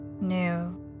new